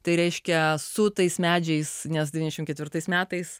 tai reiškia su tais medžiais nes devyniasdešimt ketvirtais metais